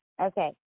Okay